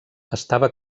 estava